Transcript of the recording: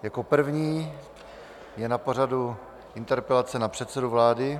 Jako první je na pořadu interpelace na předsedu vlády.